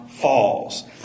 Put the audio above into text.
falls